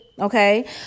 Okay